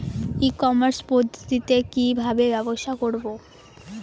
ই commerce পদ্ধতিতে কি ভাবে ব্যবসা করব?